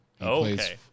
Okay